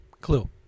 Clue